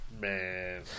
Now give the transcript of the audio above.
man